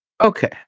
Okay